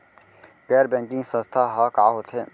गैर बैंकिंग संस्था ह का होथे?